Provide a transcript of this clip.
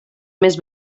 més